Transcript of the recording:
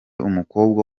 umukobwa